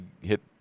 hit